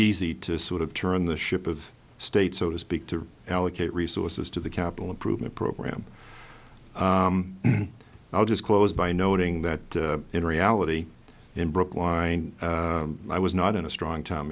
easy to sort of turn the ship of state so to speak to allocate resources to the capital improvement program i'll just close by noting that in reality in brookline i was not in a strong time